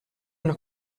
una